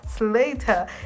later